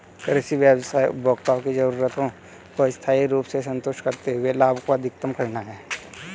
कृषि व्यवसाय उपभोक्ताओं की जरूरतों को स्थायी रूप से संतुष्ट करते हुए लाभ को अधिकतम करना है